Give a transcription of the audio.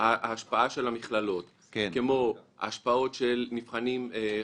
השפעות של אוכלוסייה.